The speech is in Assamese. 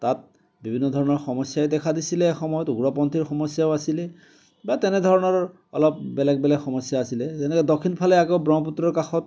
তাত বিভিন্ন ধৰণৰ সমস্যাই দেখা দিছিলে এসময়ত উগ্ৰপন্থীৰ সমস্যাও আছিলে বা তেনেধৰণৰ অলপ বেলেগ বেলেগ সমস্যা আছিলে যেনেকে দক্ষিণ ফালে আকৌ ব্ৰহ্মপুত্ৰৰ কাষত